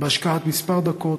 בהשקעת כמה דקות,